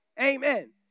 Amen